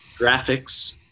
graphics